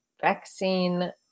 vaccine